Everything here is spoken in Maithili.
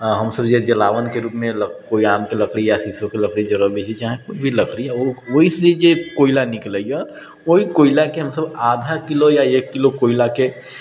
आओर हमसब जे जलावनके रूपमे कोइ आमके लकड़ी या शीशोके लकड़ी जराबै छी चाहे कोइ भी लकड़ी ओहिसँ जे कोइला निकलैए ओहि कोइलाके हमसब आधा किलो या एक किलो कोइलाके